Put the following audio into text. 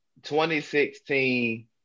2016